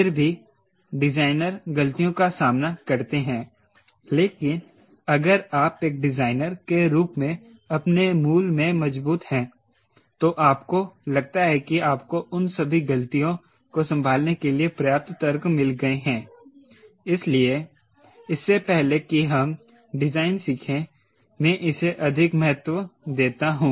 फिर भी डिजाइनर गलतियों का सामना करते हैं लेकिन अगर आप एक डिजाइनर के रूप में अपने मूल में मजबूत हैं तो आपको लगता है कि आपको उन सभी गलतियों को संभालने के लिए पर्याप्त तर्क मिल गए हैं इसलिए इससे पहले कि हम डिजाइन सीखें मैं इसे अधिक महत्व देता हूं